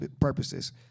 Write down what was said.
purposes